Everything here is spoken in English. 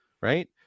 Right